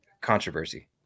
controversy